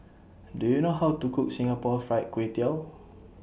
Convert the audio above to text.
Do YOU know How to Cook Singapore Fried Kway Tiao